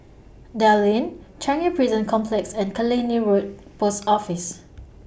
Dell Lane Changi Prison Complex and Killiney Road Post Office